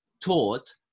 taught